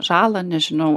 žalą nežinau